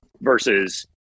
versus